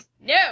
No